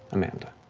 amanda.